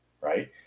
right